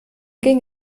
ging